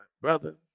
brother